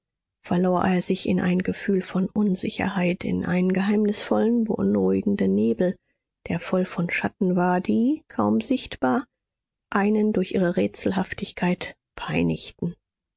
verlor er sich in ein gefühl von unsicherheit in einen geheimnisvollen beunruhigenden nebel der voll von schatten war die kaum sichtbar einen durch ihre